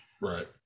Right